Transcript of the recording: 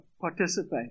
participate